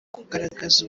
kugaragaza